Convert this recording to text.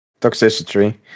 Toxicity